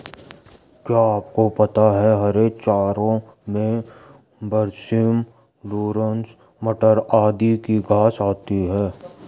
क्या आपको पता है हरे चारों में बरसीम, लूसर्न, मटर आदि की घांस आती है?